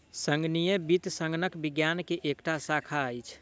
संगणकीय वित्त संगणक विज्ञान के एकटा शाखा अछि